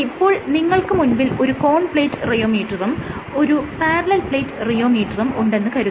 ഇപ്പോൾ നിങ്ങൾക്ക് മുൻപിൽ ഒരു കോൺ പ്ലേറ്റ് റിയോമീറ്ററും ഒരു പാരലൽ പ്ലേറ്റ് റിയോമീറ്ററും ഉണ്ടെന്ന് കരുതുക